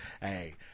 Hey